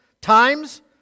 Times